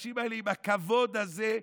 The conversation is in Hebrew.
והאנשים האלה עם הכבוד הזה,